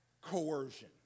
coercion